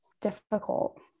difficult